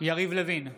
יריב לוין,